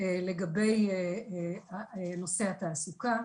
לגבי נושא התעסוקה.